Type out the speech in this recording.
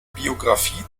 biografie